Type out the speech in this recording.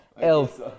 elf